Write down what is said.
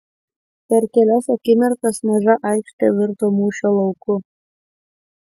per kelias akimirkas maža aikštė virto mūšio lauku